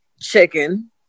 chicken